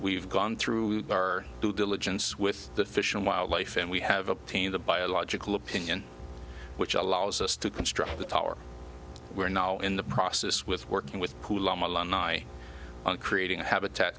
we've gone through our due diligence with the fish and wildlife and we have obtained the biological opinion which allows us to construct the tower we're now in the process with working with pool milan i on creating a habitat